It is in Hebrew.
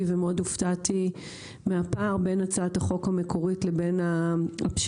ומאוד הופתעתי מהפער בין הצעת החוק המקורית לבין הפשרות.